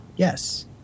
Yes